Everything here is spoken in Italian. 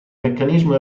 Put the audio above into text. meccanismo